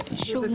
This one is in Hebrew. שוב,